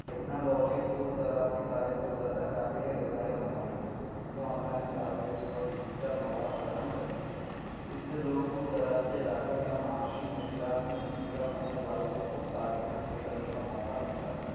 technology دور دراز کی تعلیم کو زیادہ قابل رسائی بنا رہی ہے یہ آن لائن کلاسز اور ڈیجیٹل مواد فراہم کرتی ہے اس سے لوگ دور دراز کے علاقوں یا معاشی مشکلات میں مبتلا ہونے والوں کو تعلیم حاصل کرنے کا موقع ملتا ہے